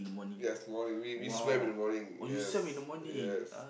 yes morning we we swam in the morning yes yes